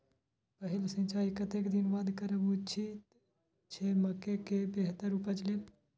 पहिल सिंचाई कतेक दिन बाद करब उचित छे मके के बेहतर उपज लेल?